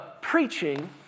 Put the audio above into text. preaching